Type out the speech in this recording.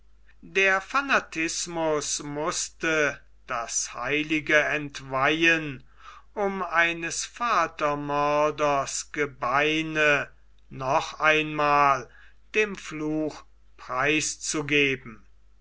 der fanatismus mußte das heilige entweihen um eines vatermörders gebeine noch einmal dem fluch preiszugeben